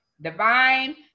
Divine